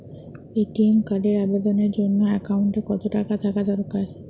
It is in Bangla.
এ.টি.এম কার্ডের আবেদনের জন্য অ্যাকাউন্টে কতো টাকা থাকা দরকার?